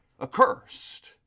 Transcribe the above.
accursed